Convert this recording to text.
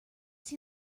see